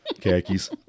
khakis